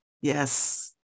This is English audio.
yes